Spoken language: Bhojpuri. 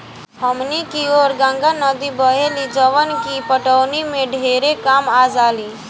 हमनी कियोर गंगा नद्दी बहेली जवन की पटवनी में ढेरे कामे आजाली